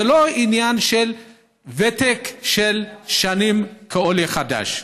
ולא על עניין של ותק ושנים כעולה חדש.